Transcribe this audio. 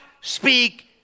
speak